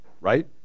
right